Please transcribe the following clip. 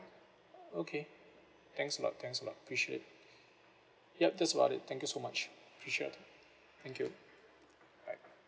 okay thanks a lot thanks a lot appreciate yup that's about it thank you so much appreciate thank you right